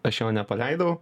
aš jo nepaleidau